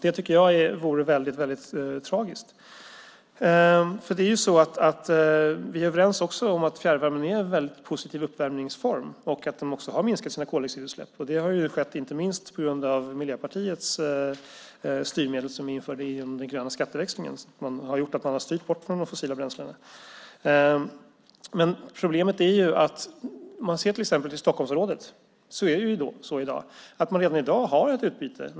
Det tycker jag vore väldigt tragiskt. Vi är också överens om att fjärrvärme är en väldigt positiv uppvärmningsform och att den har minskat sina koldioxidutsläpp. Det har skett inte minst på grund av Miljöpartiets styrmedel, som vi införde genom den gröna skatteväxlingen. De har gjort att man styrt bort från de fossila bränslena. Problemet om man till exempel ser till Stockholmsområdet är att man redan i dag har ett utbyte.